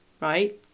right